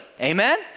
Amen